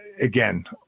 Again